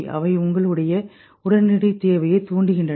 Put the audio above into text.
அவை உங்களுடைய உடனடி தேவையை தூண்டுகின்றன